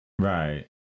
right